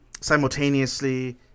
simultaneously